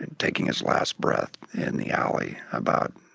and taking his last breath in the alley about,